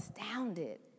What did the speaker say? astounded